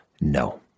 no